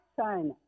China